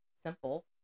simple